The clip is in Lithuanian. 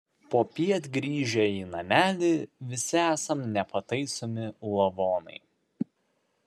popiet grįžę į namelį visi esam nepataisomi lavonai